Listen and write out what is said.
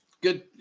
Good